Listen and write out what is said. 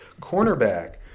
Cornerback